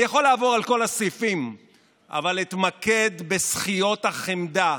אני יכול לעבור על כל הסעיפים אבל אתמקד בשכיות החמדה,